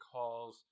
Calls